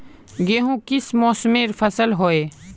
गेहूँ किस मौसमेर फसल होय?